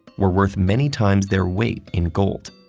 were worth many times their weight in gold.